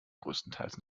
größtenteils